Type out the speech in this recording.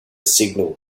signal